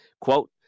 quote